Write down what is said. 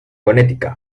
connecticut